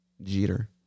jeter